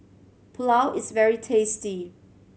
pulao is very tasty